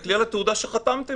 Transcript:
תסתכלי על התעודה שחתמתם.